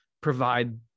provide